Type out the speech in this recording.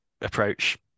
approach